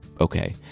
okay